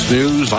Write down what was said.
News